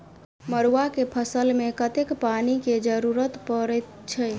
मड़ुआ केँ फसल मे कतेक पानि केँ जरूरत परै छैय?